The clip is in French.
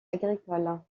agricoles